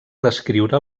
descriure